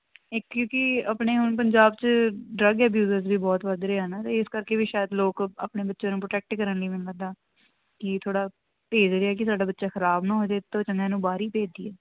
ਇੱਕ ਕਿਉਂਕਿ ਆਪਣੇ ਹੁਣ ਪੰਜਾਬ 'ਚ ਡਰੱਗ ਅਵਿਊਜ ਵੀ ਬਹੁਤ ਵੱਧ ਰਿਹਾ ਨਾ ਇਸ ਕਰਕੇ ਵੀ ਸ਼ਾਇਦ ਲੋਕ ਆਪਣੇ ਬੱਚਿਆਂ ਨੂੰ ਪ੍ਰੋਟੈਕਟ ਕਰਨ ਲਈ ਮੈਨੂੰ ਲੱਗਦਾ ਕਿ ਥੋੜ੍ਹਾ ਭੇਜ ਰਹੇ ਆ ਕਿ ਸਾਡਾ ਬੱਚਾ ਖ਼ਰਾਬ ਨਾ ਹੋ ਜਾਵੇ ਇਹਤੋਂ ਚੰਗਾ ਇਹਨੂੰ ਬਾਹਰ ਹੀ ਭੇਜ ਦੇਈਏ